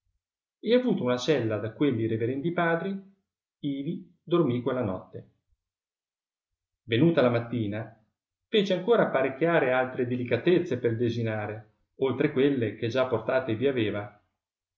e avuta una cella da quelli reverendi padri ivi dormi quella notte venuta la mattina fece ancora apparecchiare altre dilicatezze pel desinare oltre quelle che già portate vi aveva